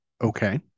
Okay